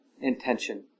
intention